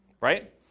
Right